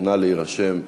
נא להירשם עכשיו.